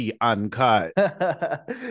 uncut